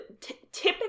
typically